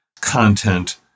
content